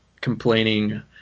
complaining